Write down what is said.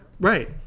Right